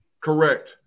Correct